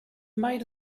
made